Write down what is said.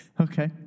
Okay